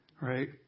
right